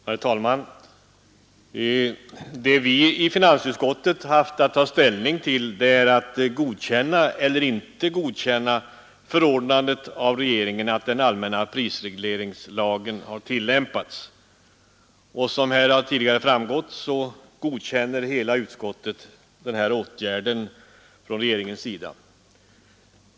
Herr talman! Vad vi i finansutskottet haft att ta ställning till är att godkänna eller inte godkänna förordnandet av regeringen att den allmänna prisregleringslagen skulle tillämpas. Som här tidigare framgått godkänner ett enigt utskott denna åtgärd av regeringen.